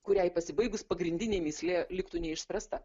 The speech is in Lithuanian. kuriai pasibaigus pagrindinė mįslė liktų neišspręsta